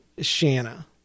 Shanna